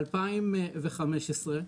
ב-2015,